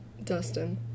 Dustin